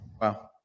Wow